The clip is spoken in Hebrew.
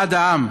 אחד העם,